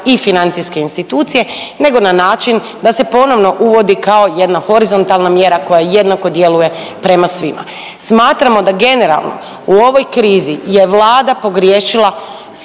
i financijske institucije, nego na način da se ponovno uvodi kao jedna horizontalna mjera koja jednako djeluje prema svima. Smatramo da generalno u ovoj krizi je Vlada pogriješila